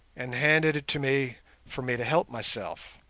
and handed it to me for me to help myself.